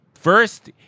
first